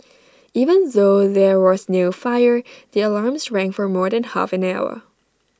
even though there was no fire the alarms rang for more than half an hour